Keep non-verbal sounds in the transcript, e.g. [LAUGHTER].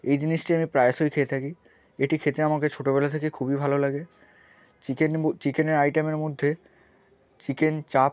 এই জিনিসটি আমি প্রায়শই খেয়ে থাকি এটি খেতে আমাকে ছোটোবেলা থেকে খুবই ভালো লাগে চিকেন [UNINTELLIGIBLE] চিকেনের আইটেমের মধ্যে চিকেন চাপ